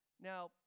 Now